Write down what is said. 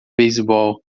beisebol